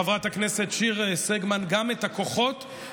חברת הכנסת שיר סגמן, גם את